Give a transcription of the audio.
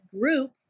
group